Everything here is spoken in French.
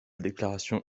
déclaration